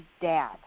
dad